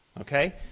Okay